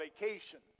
vacation